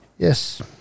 Yes